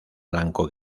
blanco